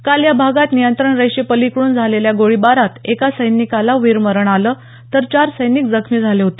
काल या भागात नियंत्रण रेषे पलिकडून झालेल्या गोळीबारात एका सैनिकाला वीरमरण आलं तर चार सैनिक जखमी झाले होते